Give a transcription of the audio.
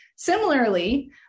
Similarly